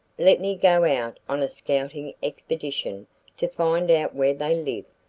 let me go out on a scouting expedition to find out where they live,